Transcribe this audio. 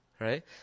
right